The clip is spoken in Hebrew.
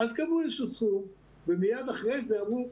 קבעו איזשהו סכום ומייד אחרי זה אמרו,